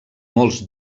molts